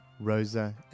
Rosa